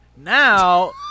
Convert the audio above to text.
Now